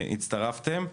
שהצטרפתם.